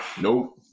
Nope